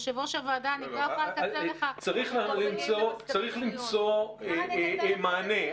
צריך למצוא מענה.